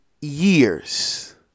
years